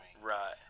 Right